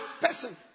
person